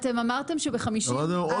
אוקיי, אבל אני שואלת, אתם אמרתם שבסעיף 50א(ג),